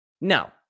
No